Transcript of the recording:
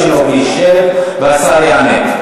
והשר יענה.